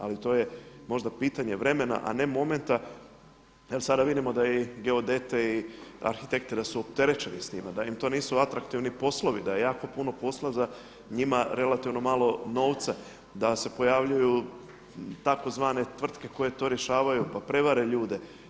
Ali to je možda pitanje vremena, a ne momenta jer sada vidimo da je i geodete i arhitekte da su opterećeni s time, da im to nisu atraktivni poslovi, da je jako puno posla za njima malo relativno malo novca, da se pojavljuju tzv. tvrtke koje to rješavaju, pa prevare ljude.